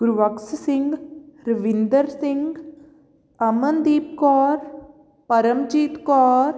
Gurbakhsh Singh Ravinder Singh Amandeep Kaur Paramjit Kaur